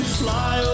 fly